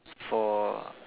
for